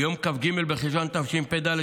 ביום כ"ג בחשוון התשפ"ד,